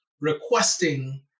requesting